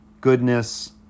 goodness